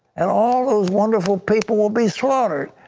and all those wonderful people will be slaughtered.